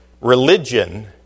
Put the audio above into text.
religion